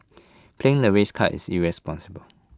playing the race card is irresponsible